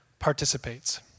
participates